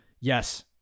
Yes